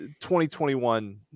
2021